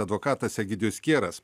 advokatas egidijus kieras